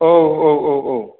औ औ औ औ